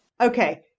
Okay